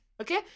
okay